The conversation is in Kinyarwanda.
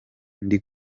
ndi